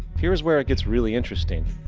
here is where it gets really interesting.